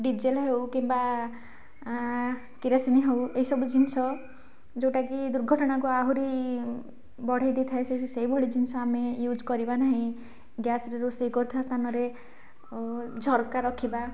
diesel ହେଉ କିମ୍ବା କିରୋସିନି ହଉ ଏସବୁ ଜିନିଷ ଯେଉଁଟା କି ଦୁର୍ଘଟଣାକୁ ଆହୁରି ବଢ଼ାଇଦେଇଥାଏ ସେଇ ସେଇ ଭଳି ଜିନିଷ ଆମେ ୟୁଜ୍ କରିବା ନାହିଁ ଗ୍ୟାସ୍ ରେ ରୋଷେଇ କରୁଥିବା ସ୍ଥାନରେ ଝରକା ରଖିବା